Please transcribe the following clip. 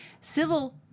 Civil